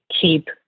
keep